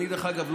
דרך אגב,